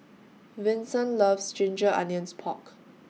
Vinson loves Ginger Onions Pork